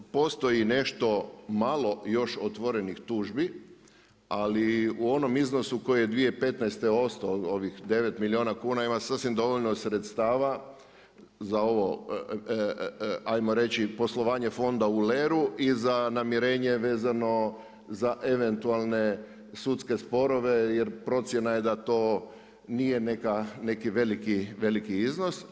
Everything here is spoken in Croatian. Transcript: Postoji nešto malo još otvorenih tužbi ali u onom iznosi koji je 2015. ostao ovih 9 milijuna kuna ima sasvim dovoljno sredstava za ovo ajmo reći poslovanje fonda u leru i za namirenje vezano za eventualne sudske sporove jer procjena je da to nije neki veliki iznos.